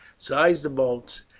seize the boats,